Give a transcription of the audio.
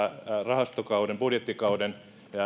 rahastokauden ja budjettikauden